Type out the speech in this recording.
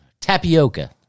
tapioca